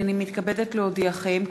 הנני מתכבדת להודיעכם,